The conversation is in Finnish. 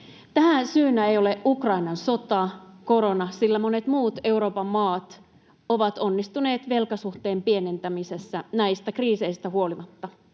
Tähän syynä ei ole Ukrainan sota tai korona, sillä monet muut Euroopan maat ovat onnistuneet velkasuhteen pienentämisessä näistä kriiseistä huolimatta.